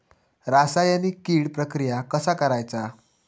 रासायनिक कीड प्रक्रिया कसा करायचा?